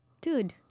Dude